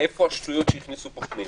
איפה השטויות שהכניסו פה פנימה.